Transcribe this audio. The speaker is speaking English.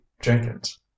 Jenkins